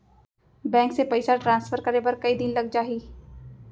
Bank से पइसा transfer करे बर कई दिन लग जाही?